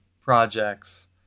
projects